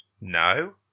No